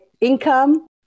income